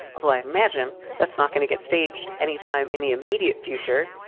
although i imagine that's not going to get staged anytime in the immediate future.